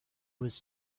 was